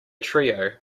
trio